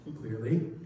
clearly